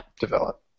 develop